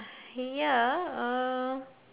ya uh